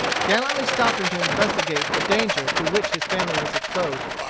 gallantly stopping to investigate the danger to which his family was exposed,